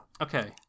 Okay